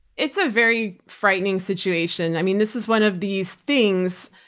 it's a very frightening situation. i mean this is one of these things,